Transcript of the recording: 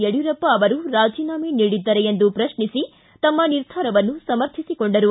ಯಡ್ಯೂರಪ್ಪ ರಾಜೀನಾಮೆ ನೀಡಿದ್ದರೇ ಎಂದು ಪ್ರತ್ನಿಸಿ ತಮ್ಮ ನಿರ್ಧಾರವನ್ನು ಸಮರ್ಥಿಸಿಕೊಂಡರು